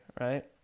Right